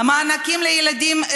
מענקים לילדים,